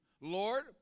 Lord